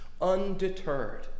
undeterred